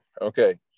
Okay